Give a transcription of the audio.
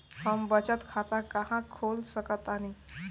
हम बचत खाता कहां खोल सकतानी?